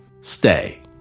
Stay